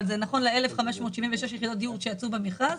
אבל זה נכון ל-1,576 יחידות דיור שיצאו במכרז,